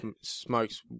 smokes